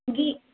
जी